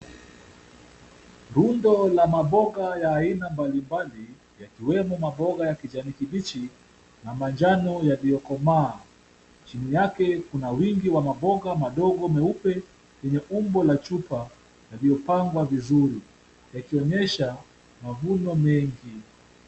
Rundo la maboga ya aina mbalimbali, yakiwemo maboga ya kijani kibichi na manjano yaliyokomaa. Chini yake kuna wingi wa maboga madogo meupe yenye umbo la chupa yaliyopangwa vizuri yakionyesha mavuno mengi.